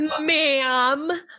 Ma'am